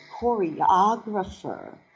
choreographer